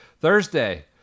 Thursday